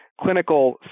clinical